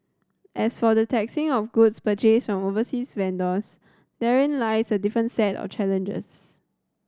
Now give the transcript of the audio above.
as for the taxing of goods purchased on overseas vendors therein lies a different set of challenges